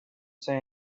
say